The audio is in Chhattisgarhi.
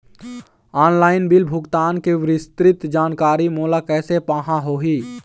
ऑनलाइन बिल भुगतान के विस्तृत जानकारी मोला कैसे पाहां होही?